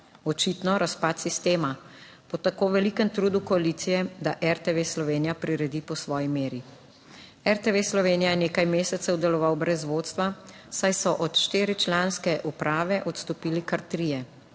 Očitno razpad sistema po tako velikem trudu koalicije, da RTV Slovenija priredi po svoji meri. RTV Slovenija je nekaj mesecev deloval brez vodstva, saj so od štiričlanske uprave odstopili kar trije,